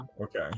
Okay